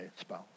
spouse